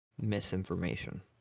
misinformation